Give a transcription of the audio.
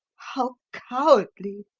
how cowardly!